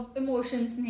emotions